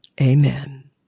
Amen